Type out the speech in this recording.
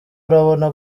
urabona